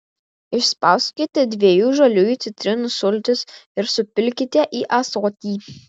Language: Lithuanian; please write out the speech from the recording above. išspauskite dviejų žaliųjų citrinų sultis ir supilkite į ąsotį